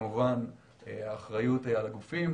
כמובן שהאחריות על הגופים,